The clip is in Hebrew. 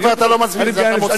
אתה כבר לא מסביר, אתה מוסיף.